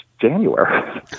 January